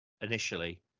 initially